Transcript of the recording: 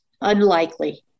Unlikely